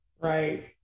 Right